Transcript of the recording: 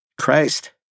Christ